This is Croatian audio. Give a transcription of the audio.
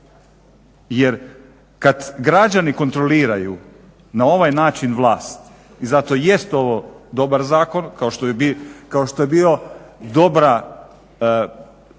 jer kad građani kontroliraju na ovaj način vlast i zato jest ovo dobar zakon kao što je bio 2003. kao